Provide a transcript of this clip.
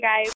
guys